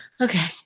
Okay